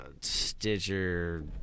Stitcher